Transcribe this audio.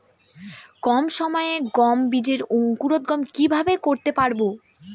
কম সময়ে গম বীজের অঙ্কুরোদগম কিভাবে করতে পারব?